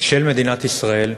של מדינת ישראל,